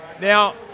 Now